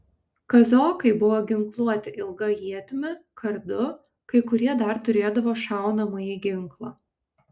kazokai buvo ginkluoti ilga ietimi kardu kai kurie dar turėdavo šaunamąjį ginklą